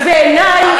אז בעיני,